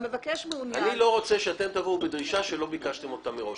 אני לא רוצה שתבואו בדרישה שלא ביקשתם מראש.